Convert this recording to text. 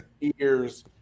ears